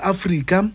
Africa